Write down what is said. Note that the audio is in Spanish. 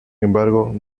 embargo